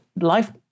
life